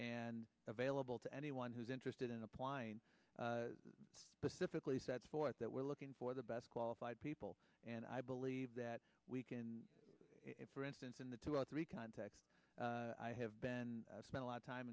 and available to anyone who's interested in applying pacifically sets forth that we're looking for the best qualified people and i believe that we can for instance in the two or three contacts i have been spent a lot of time